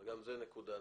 גם זו נקודה נכונה.